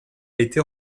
été